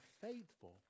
faithful